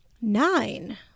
nine